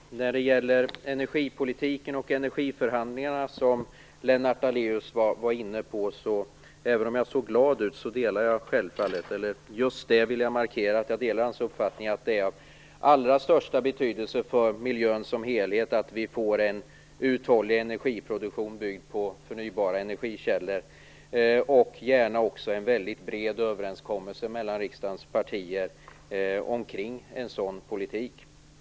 Fru talman! Lennart Daléus var inne på energipolitiken och energiförhandlingarna. Även om jag såg glad ut delar jag självfallet hans uppfattning, att det är av allra största betydelse för miljön som helhet att vi får en uthållig energiproduktion byggd på förnybara energikällor. Jag ser också gärna en bred överenskommelse mellan riksdagens partier kring en sådan politik.